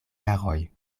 jaroj